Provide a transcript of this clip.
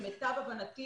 למיטב הבנתי